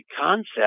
concept